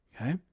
Okay